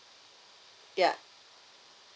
ya